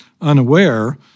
unaware